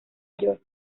york